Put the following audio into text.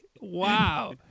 Wow